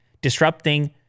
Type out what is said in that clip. disrupting